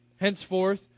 Henceforth